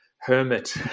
Hermit